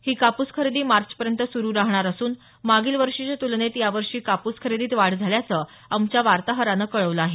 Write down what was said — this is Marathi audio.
ही कापूस खरेदी मार्चपर्यंत सुरू राहणार असून मागील वर्षीच्या तुलनेत यावर्षी कापूस खरेदीत वाढ झाल्याचं आमच्या वार्ताहरानं कळवल आहे